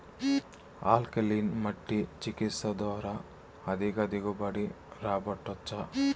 alkaline మట్టి చికిత్స ద్వారా అధిక దిగుబడి రాబట్టొచ్చా